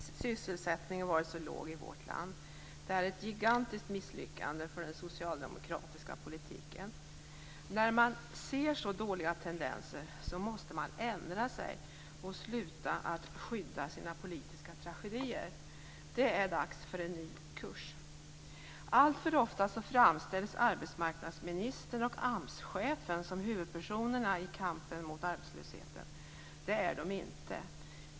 Herr talman! Inte sedan 1974 har sysselsättningen varit så låg i vårt land. Det är ett gigantiskt misslyckande för den socialdemokratiska politiken. När man ser så dåliga tendenser måste man ändra sig och sluta skydda sina politiska tragedier. Det är dags för en ny kurs. Alltför ofta framställs arbetsmarknadsministern och AMS-chefen som huvudpersonerna i kampen mot arbetslösheten. Det är de inte.